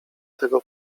tego